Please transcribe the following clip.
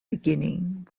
beginning